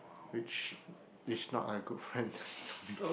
which is not a good friend to me